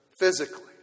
physically